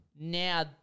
now